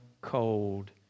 cold